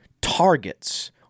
targets